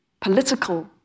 political